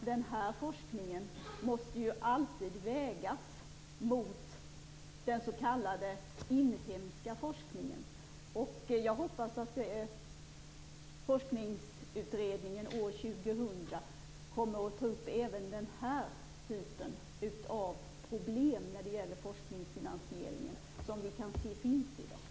Den här forskningen måste alltid vägas mot den s.k. inhemska forskningen. Jag hoppas att forskningsutredningen år 2000 kommer att ta upp även den här typen av problem vad gäller forskningsfinansieringen, som vi i dag kan se finns.